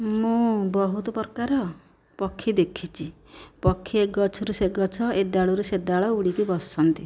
ମୁଁ ବହୁତ ପ୍ରକାର ପକ୍ଷୀ ଦେଖିଛି ପକ୍ଷୀ ଏ ଗଛରୁ ସେ ଗଛ ଏ ଡାଳରୁ ସେ ଡାଳ ଉଡ଼ିକି ବସନ୍ତି